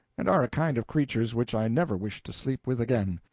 and are a kind of creatures which i never wish to sleep with again.